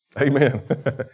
Amen